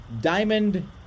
Diamond